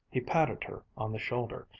he patted her on the shoulder.